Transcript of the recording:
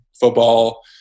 football